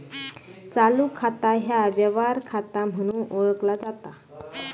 चालू खाता ह्या व्यवहार खाता म्हणून ओळखला जाता